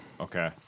Okay